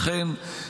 אכן,